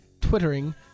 Twittering